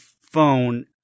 phone